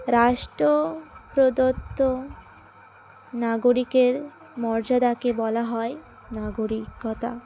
রাষ্ট্রপ্রদত্ত নাগরিকের মর্যাদাকে বলা হয় নাগরিকতা